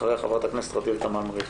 אחריה חברת הכנסת ע'דיר כאמל מריח.